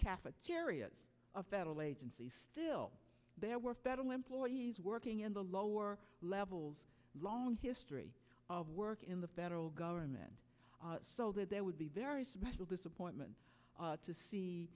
cafeteria of federal agencies still there were federal employees working in the lower levels long history of work in the federal government so that there would be very special disappointment to see